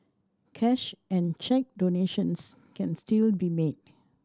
cash and cheque donations can still be made